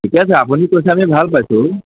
ঠিকে আছে আপুনি কৈছে আমি ভাল পাইছোঁ